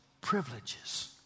privileges